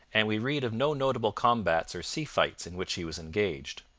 and we read of no notable combats or sea-fights in which he was engaged.